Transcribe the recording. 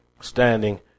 standing